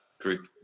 group